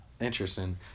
Interesting